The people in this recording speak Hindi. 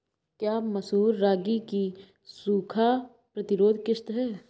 क्या मसूर रागी की सूखा प्रतिरोध किश्त है?